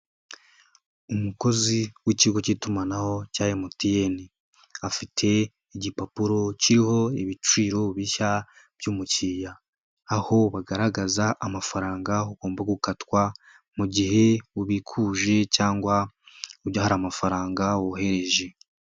Umukozi w'ikigo cy'itumanaho cya MTN, afite igipapuro kiriho ibiciro bishya by'umukiriya, aho bagaragaza amafaranga ugomba gukatwa mu gihe ubikuje cyangwa ujya ahari amafaranga wohereje.